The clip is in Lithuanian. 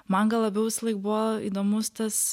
man gal labiau visąlaik buvo įdomus tas